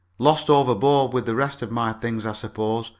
lost overboard with the rest of my things, i suppose,